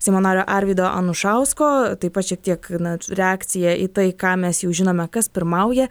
seimo nario arvydo anušausko taip pat šiek tiek na reakcija į tai ką mes jau žinome kas pirmauja